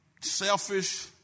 selfish